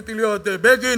רציתי להיות בגין,